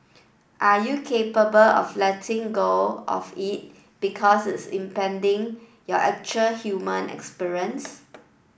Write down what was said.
are you capable of letting go of it because it's impeding your actual human experience